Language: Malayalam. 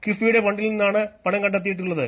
കിഫ്ബിയുടെ ഫണ്ടിൽ നിന്നാണ് പണം കണ്ടെത്തിയിട്ടുളളത്